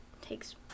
takes